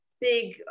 big